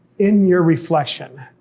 in your reflection,